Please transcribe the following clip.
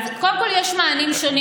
אז קודם כול יש מענים שונים.